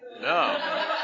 No